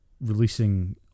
releasing